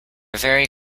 very